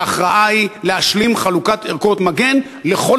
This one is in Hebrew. וההכרעה היא להשלים את חלוקת ערכות המגן לכל